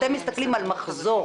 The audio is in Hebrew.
אתם מסתכלים על מחזור.